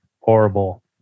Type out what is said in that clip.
horrible